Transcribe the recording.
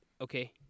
okay